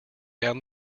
down